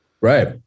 Right